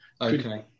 okay